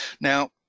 Now